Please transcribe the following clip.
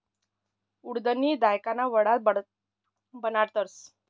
उडिदनी दायकन वडा बनाडतस